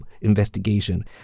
investigation